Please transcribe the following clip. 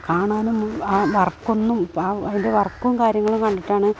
കാണാനും ആ വര്ക്കൊന്നും ആ ഇത് വര്ക്കും കാര്യങ്ങളും കണ്ടിട്ടാണ്